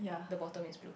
the bottom is blue